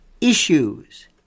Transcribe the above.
issues